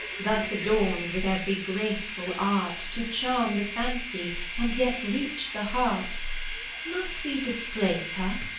thus adorn'd with every graceful art to charm the fancy and yet reach the heart must we displace her?